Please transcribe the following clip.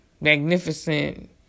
magnificent